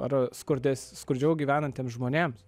ar skurdesn skurdžiau gyvenantiems žmonėms